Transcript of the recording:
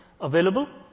available